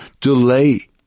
delay